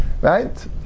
Right